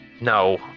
No